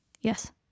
Yes